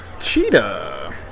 Cheetah